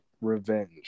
revenge